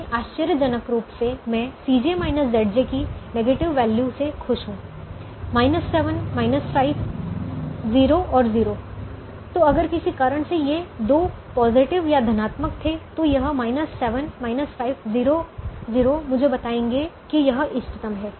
लेकिन आश्चर्यजनक रूप से मैं की नेगेटिव वैल्यू से खुश हूँ 7 5 0 और 0 तो अगर किसी कारण से ये 2 पॉजिटिव या धनात्मक थे तो यह 7 5 0 0 मुझे बताएंगे कि यह इष्टतम है